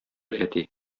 әти